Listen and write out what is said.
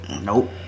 Nope